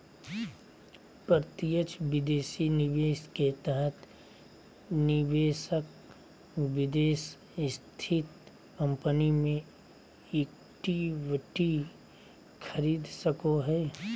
प्रत्यक्ष विदेशी निवेश के तहत निवेशक विदेश स्थित कम्पनी मे इक्विटी खरीद सको हय